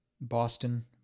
Boston